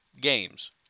games